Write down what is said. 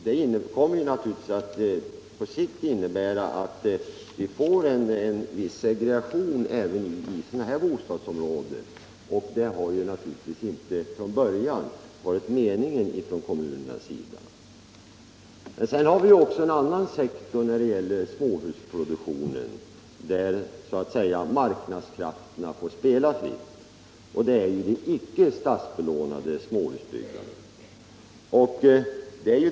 Det kommer naturligtvis på sikt att innebära att vi får en viss segregation även i sådana här bostadsområden, och det har självfallet inte från början varit kommunernas mening. En annan sektor av småhusproduktionen, där marknadskrafterna får spela fritt, är det icke statsbelånade småhusbyggandet.